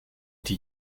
die